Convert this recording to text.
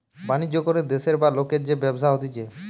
বাণিজ্য করে দেশের বা লোকের যে ব্যবসা হতিছে